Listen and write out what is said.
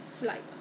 isn't it